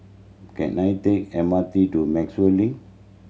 can I take M R T to Maxwell Link